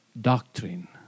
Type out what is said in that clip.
doctrine